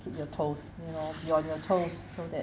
keep your toes you know you're on your toes so that